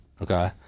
Okay